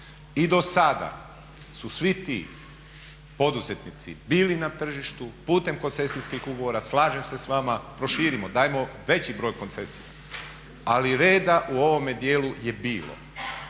i dosada su svi ti poduzetnici bili na tržištu putem koncesijskih ugovora, slažem se s vama proširimo, dajmo veći broj koncesija ali reda u ovome djelu je bilo